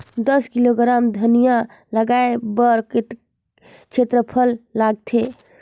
दस किलोग्राम धनिया लगाय बर कतेक क्षेत्रफल लगथे?